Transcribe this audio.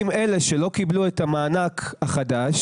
אם אלה שלא קיבלנו את המענק החדש,